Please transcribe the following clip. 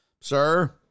sir